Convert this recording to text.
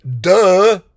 Duh